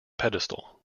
pedestal